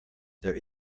there